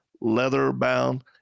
leather-bound